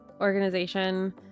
organization